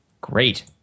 Great